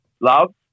love